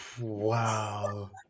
Wow